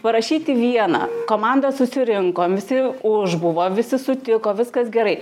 parašyti viena komandą susirinkom visi už buvo visi sutiko viskas gerai